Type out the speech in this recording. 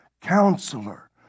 Counselor